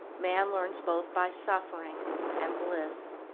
man learns both by suffering and bliss.